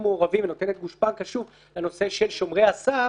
מעורבים ונותנת גושפנקה שוב לנושא של שומרי הסף.